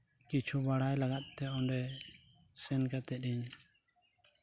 ᱠᱤᱪᱷᱩ ᱵᱟᱲᱟᱭ ᱞᱟᱜᱟᱫ ᱛᱮ ᱚᱸᱰᱮ ᱥᱮᱱ ᱠᱟᱛᱮᱫ ᱤᱧ